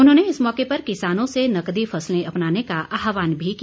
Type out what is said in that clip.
उन्होंने इस मौके पर किसानों से नगदी फसलें अपनाने का आहवान भी किया